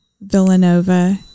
villanova